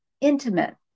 intimate